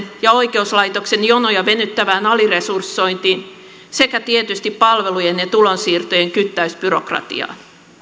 ja oikeuslaitoksen jonoja venyttävään aliresursointiin sekä tietysti palvelujen ja tulonsiirtojen kyttäysbyrokratiaan